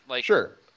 Sure